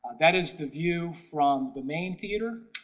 that is the view from the main theater.